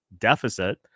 deficit